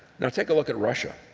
and take a look at russia.